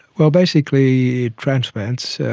well, basically transplants,